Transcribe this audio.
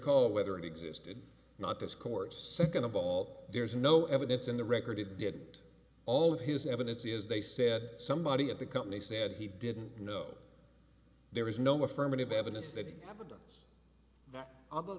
call whether it existed not this court second of all there's no evidence in the record it did all of his evidence as they said somebody at the company said he didn't know there was no affirmative evidence that